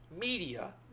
media